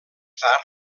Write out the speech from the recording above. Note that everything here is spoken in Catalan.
tard